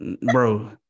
bro